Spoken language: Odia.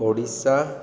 ଓଡ଼ିଶା